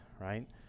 right